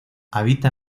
habita